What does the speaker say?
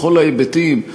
בכל ההיבטים,